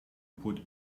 put